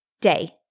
day